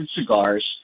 cigars